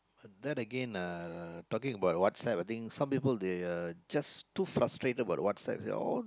then again uh talking about WhatsApp I think some people they are just too frustrated about WhatsApp they all